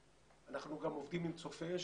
אנחנו גם עובדים עם צופי אש,